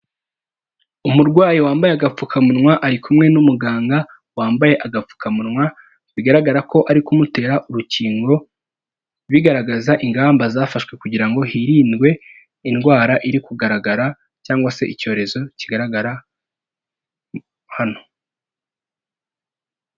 Umurwayi wambaye agapfukamunwa ari kumwe n'umuganga wambaye agapfukamunwa, bigaragara ko ari kumutera urukingo bigaragaza ingamba zafashwe kugira ngo hirindwe indwara iri kugaragara cyangwa se icyorezo kigaragara hano.